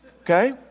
Okay